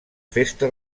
festa